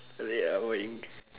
tak boleh ah boy